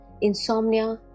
insomnia